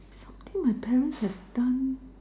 something my parents have done